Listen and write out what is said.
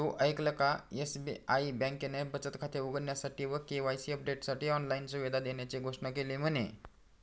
तु ऐकल का? एस.बी.आई बँकेने बचत खाते उघडण्यासाठी व के.वाई.सी अपडेटसाठी ऑनलाइन सुविधा देण्याची घोषणा केली म्हने